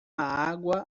água